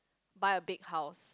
buy a big house